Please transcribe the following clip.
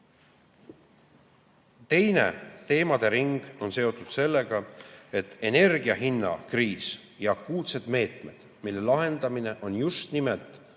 Teine teemadering on seotud sellega, et energia hinna kriis ja selle akuutsete meetmetega lahendamine on just nimelt